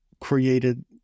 created